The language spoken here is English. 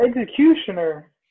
Executioner